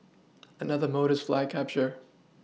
another mode is flag capture